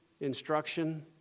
Instruction